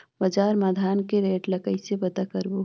बजार मा धान के रेट ला कइसे पता करबो?